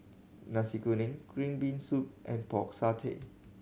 Nasi Kuning green bean soup and Pork Satay